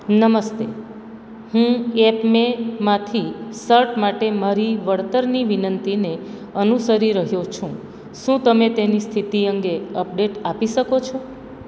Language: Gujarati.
નમસ્તે હું યેપમેમાંથી શર્ટ માટે મારી વળતરની વિનંતીને અનુસરી રહ્યો છું શું તમે તેની સ્થિતિ અંગે અપડેટ આપી શકો છો